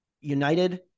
United